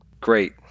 great